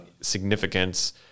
significance